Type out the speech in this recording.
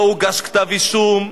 לא הוגש כתב-אישום,